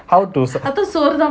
how to sur~